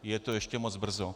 Je to ještě moc brzo.